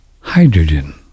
hydrogen